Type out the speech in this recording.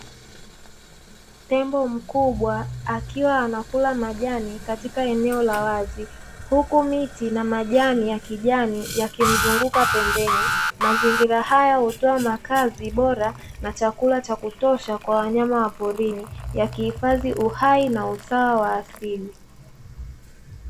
Tembo mkubwa akiwa anakula majani katika eneo la wazi, huku miti na majani ya kijani yakimzunguka pembeni. Mazingira haya hutoa makazi bora na chakula cha kutosha kwa wanyama wa porini ya kuhifadhi uhai na usawa wa asili.